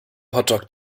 hotdog